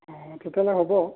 অ' তেতিয়া হ'লে হ'ব